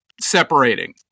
separating